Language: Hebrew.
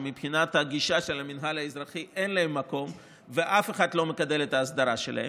שמבחינת המינהל האזרחי אין להן מקום ואף אחד לא מקדם את ההסדרה שלהן,